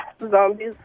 Zombies